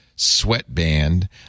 Sweatband